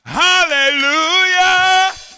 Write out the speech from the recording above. hallelujah